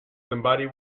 somebody